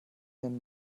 den